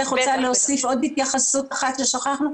להוסיף עוד התייחסות אחת ששכחנו.